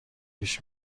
پیش